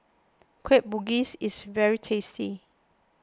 Kueh Bugis is very tasty